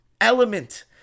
element